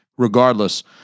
Regardless